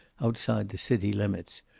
outside the city limits,